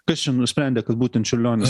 kas čia nusprendė kad būtent čiurlionis